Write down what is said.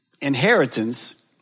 Inheritance